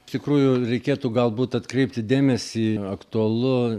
iš tikrųjų reikėtų galbūt atkreipti dėmesį aktualu